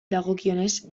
dagokionez